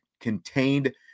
contained